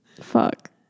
fuck